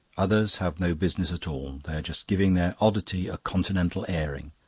others have no business at all they are just giving their oddity a continental airing.